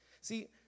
See